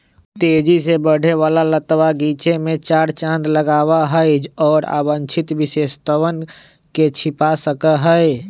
तेजी से बढ़े वाला लतवा गीचे में चार चांद लगावा हई, और अवांछित विशेषतवन के छिपा सका हई